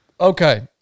Okay